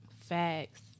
Facts